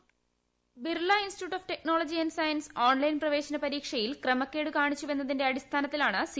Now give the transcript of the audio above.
voice Birla institute of technology and science online പ്രവേശന പരീക്ഷയിൽ ക്രമക്കേട് കാണിച്ചു വെന്നതിന്റെ അടിസ്ഥാനത്തിലാണ് സി